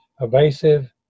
evasive